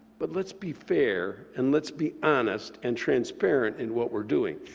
but let's be fair, and let's be honest and transparent in what we're doing.